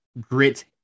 grit